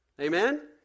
Amen